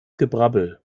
gebrabbel